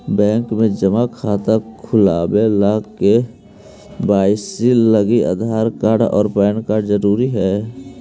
bank में जमा खाता खुलावे ला के.वाइ.सी लागी आधार कार्ड और पैन कार्ड ज़रूरी हई